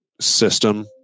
system